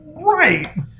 Right